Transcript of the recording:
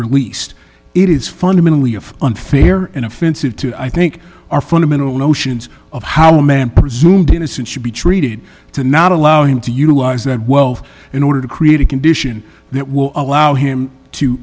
released it is fundamentally of unfair and offensive to i think our fundamental notions of how a man presumed innocence should be treated to not allow him to utilize that wealth in order to create a condition that will allow him to